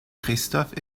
christophe